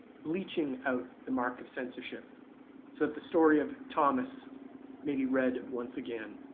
bleaching out the mark of censorship so that the story of thomas may be read once again.